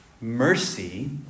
mercy